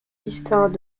distinct